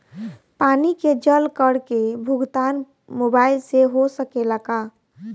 पानी के जल कर के भुगतान मोबाइल से हो सकेला का?